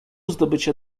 zdobycia